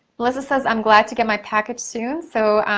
melissa says, i'm glad to get my package soon. so,